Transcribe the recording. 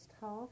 half